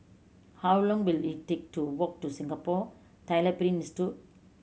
how long will it take to walk to Singapore Tyler Print Institute